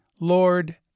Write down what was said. Lord